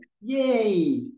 Yay